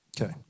okay